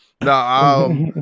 No